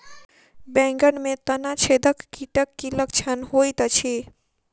बैंगन मे तना छेदक कीटक की लक्षण होइत अछि?